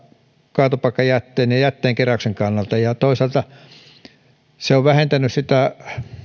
kaatopaikkajätteen ja ja jätteenkeräyksen kannalta ja toisaalta se on vähentänyt huomattavasti sitä